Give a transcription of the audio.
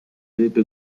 ryby